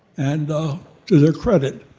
and to their credit,